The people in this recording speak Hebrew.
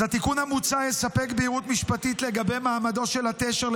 אז התיקון המוצע יספק בהירות משפטית לגבי מעמדו של התשר,